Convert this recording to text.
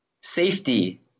Safety